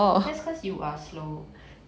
that's cause you are slow